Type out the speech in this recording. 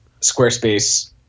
Squarespace